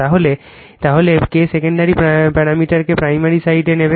তাহলে কে সেকেন্ডারি প্যারামিটারকে প্রাইমারি সাইডে নেবে